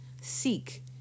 seek